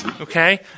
okay